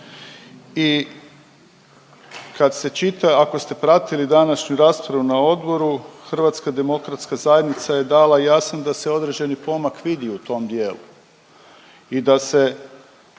I kad se čita ako ste pratili današnju raspravu na odboru HDZ je dala jasan da se određeni pomak vidi u tom dijelu i da se